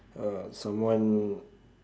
uh someone